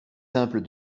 simples